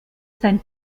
sein